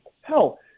hell